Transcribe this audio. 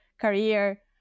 career